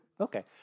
Okay